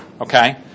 Okay